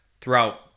throughout